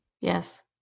yes